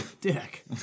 Dick